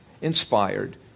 inspired